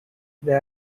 they